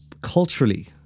culturally